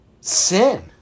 sin